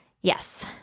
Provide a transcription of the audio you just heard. Yes